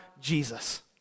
Jesus